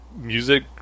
music